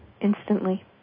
Instantly